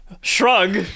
Shrug